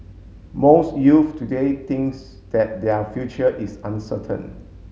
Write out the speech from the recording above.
most youth today thinks that their future is uncertain